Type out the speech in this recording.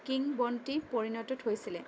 কিংবদন্তীত পৰিণত হৈছিলে